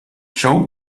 joe